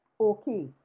okay